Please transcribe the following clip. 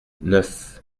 neuf